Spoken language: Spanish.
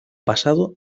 pasado